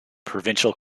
provincial